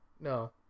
No